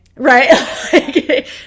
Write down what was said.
right